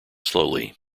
slowly